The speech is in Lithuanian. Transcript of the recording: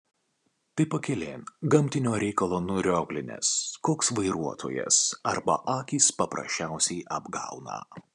tai pakelėn gamtinio reikalo nurioglinęs koks vairuotojas arba akys paprasčiausiai apgauna